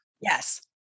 Yes